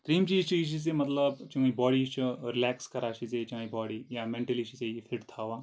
تریم چیٖز چھُ یُس یہِ زِ مطلب چٲنۍ باڈی چھِ رِلیکٕس کران چھِ ژےٚ یہِ چانہِ باڈی یا مینٹلی چھُی ژےٚ یہِ فٹ تھاوان